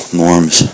norms